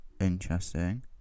interesting